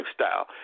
lifestyle